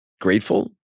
grateful